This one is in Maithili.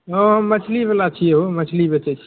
हँ हम मछलीवला छिए हौ मछली बेचै छी